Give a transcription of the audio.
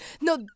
no